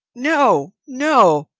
no, no!